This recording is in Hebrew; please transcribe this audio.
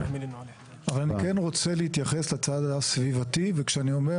אבל אני כן רוצה להתייחס לצד הסביבתי וכשאני אומר